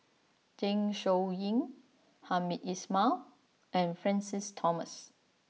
Zeng Shouyin Hamed Ismail and Francis Thomas